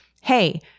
hey